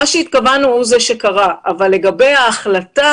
מה שהתכוונו הוא זה שקרה אבל לגבי ההחלטה